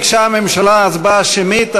ביקשה הממשלה הצבעה שמית,